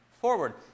forward